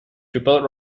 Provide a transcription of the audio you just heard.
triple